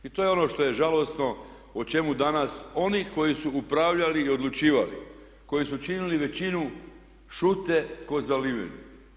I to je ono što je žalosno o čemu danas oni koji su upravljali i odlučivali, koji su činili većinu šute kao zaliveni.